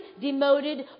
demoted